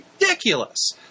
ridiculous